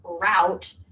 Route